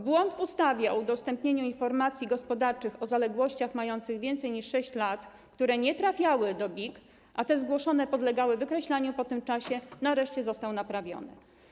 Błąd w ustawie dotyczący udostępnienia informacji gospodarczych o zaległościach mających więcej niż 6 lat, które nie trafiały do BIG, a te zgłoszone podlegały wykreślaniu po tym czasie, nareszcie został naprawiony.